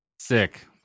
Sick